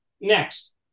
Next